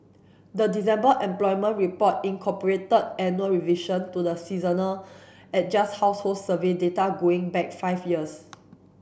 the December employment report incorporated annual revision to the seasonally adjust household survey data going back five years